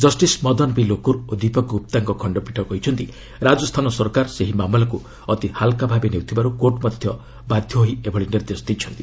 justice Madan B Lokur ଓ ଦୀପକ ଗୁପ୍ତାଙ୍କ ଖଣ୍ଡପୀଠ କହିଛନ୍ତି ରାଜସ୍ଥାନ ସରକାର ଏହି ମାମଲାକୁ ଅତି ହାଲୁକା ଭାବରେ ନେଉଥିବାରୁ କୋର୍ଟ ବାଧ୍ୟ ହୋଇ ଏହି ନିର୍ଦ୍ଦେଶ ଦେଇଛନ୍ତି